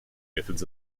methods